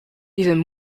even